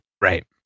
Right